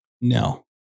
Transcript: no